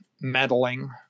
meddling